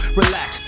relax